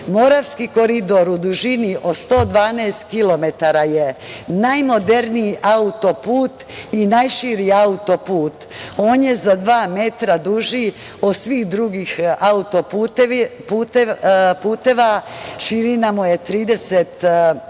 dalje. Moravski koridor u dužini 112 kilometara je najmoderniji auto-put i najširi auto-put. On je za dva metra duži od svih drugih auto-puteva, širina mu je 30